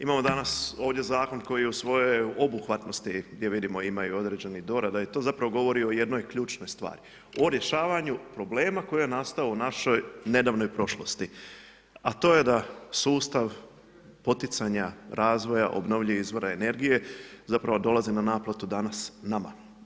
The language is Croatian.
Imamo danas ovdje zakon koji je u svojoj obuhvatnosti gdje vidimo i određenih dorada i to zapravo govori o jednoj ključnoj stvari, o rješavanju problema koji je nastao u našoj nedavnoj prošlosti, a to je da sustav poticanja razvoja obnovljivih izvora energije zapravo dolazi na naplatu danas nama.